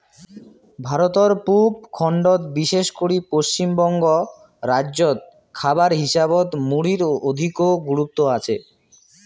ভারতর পুব খণ্ডত বিশেষ করি পশ্চিমবঙ্গ রাইজ্যত খাবার হিসাবত মুড়ির অধিকো গুরুত্ব আচে